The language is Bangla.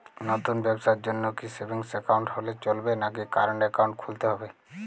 নতুন ব্যবসার জন্যে কি সেভিংস একাউন্ট হলে চলবে নাকি কারেন্ট একাউন্ট খুলতে হবে?